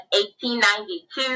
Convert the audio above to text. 1892